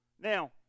Now